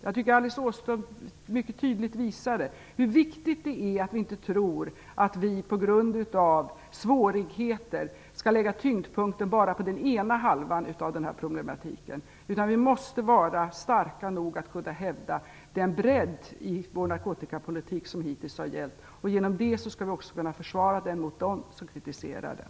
Jag tycker att Alice Åström mycket tydligt visade hur viktigt det är att vi inte utgår från att vi på grund av svårigheter skall lägga tyngdpunkten bara på den ena halvan av denna problematik. Vi måste vara starka nog att kunna hävda den bredd som hittills har gällt i vår narkotikapolitik. Därigenom skall vi också kunna försvara den mot dem som kritiserar den.